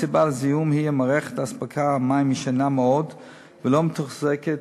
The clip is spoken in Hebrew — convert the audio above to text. הסיבה לזיהום היא שמערכת אספקת המים ישנה מאוד ולא מתוחזקת